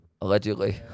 allegedly